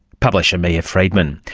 publisher mia freedman.